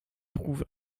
trouve